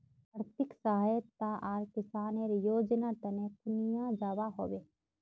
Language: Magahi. आर्थिक सहायता आर किसानेर योजना तने कुनियाँ जबा होबे?